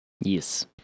Yes